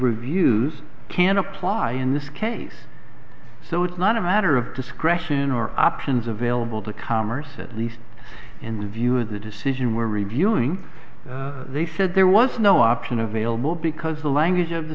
reviews can apply in this case so it's not a matter of discretion or options available to come or said at least in the view of the decision we're reviewing they said there was no option available because the language of the